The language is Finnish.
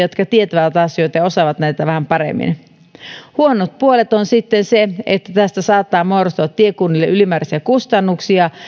jotka tietävät asioita ja osaavat näitä vähän paremmin huonoja puolia on sitten se että tästä saattaa muodostua tiekunnille ylimääräisiä kustannuksia